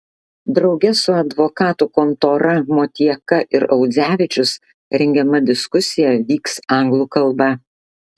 drauge su advokatų kontora motieka ir audzevičius rengiama diskusija vyks anglų kalba